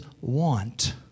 want